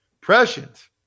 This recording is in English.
Prescient